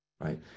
right